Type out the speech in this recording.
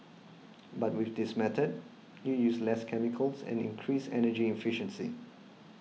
but with this method you use less chemicals and increase energy efficiency